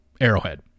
Arrowhead